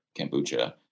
kombucha